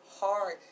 hard